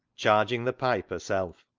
charging the pipe herself,